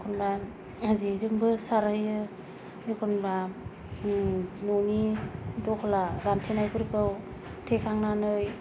एखनबा जे जोंबो सारहैयो एखनबा न'नि दहला रानथेनायफोरखौ थेखांनानै